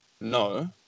no